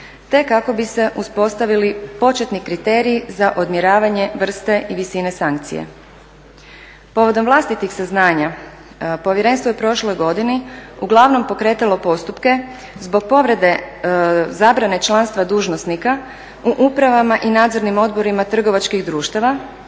te kako bi se uspostavili početni kriteriji za odmjeravanje vrste i visine sankcije. Povodom vlastitih saznanja povjerenstvo je u prošloj godini uglavnom pokretalo postupke zbog povrede zabrane članstva dužnosnika u upravama i nadzornim odborima trgovačkih društava